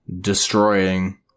destroying